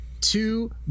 Two